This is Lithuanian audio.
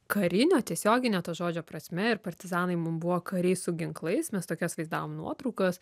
karinio tiesiogine to žodžio prasme ir partizanai mum buvo kariai su ginklais mes tokias vaizdavom nuotraukas